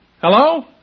Hello